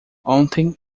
ontem